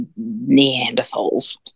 Neanderthals